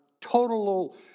total